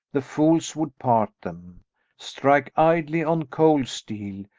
the fools would part them strike idly on cold steel.